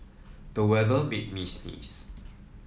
the weather made me sneeze